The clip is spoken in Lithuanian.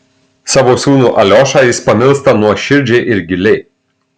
savo sūnų aliošą jis pamilsta nuoširdžiai ir giliai